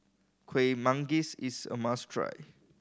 Kuih Manggis is a must try